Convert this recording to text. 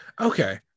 okay